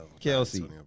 Kelsey